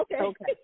Okay